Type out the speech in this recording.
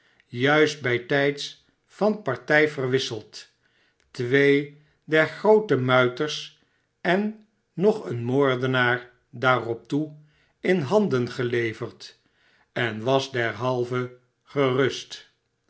juist bijtijds van partij verwisseld twee der groote muiters en nog een moordenaar daarop toe in handen geleverd en was derhalve gerust